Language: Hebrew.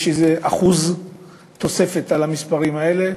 יש איזה אחוז תוספת על המספרים האלה,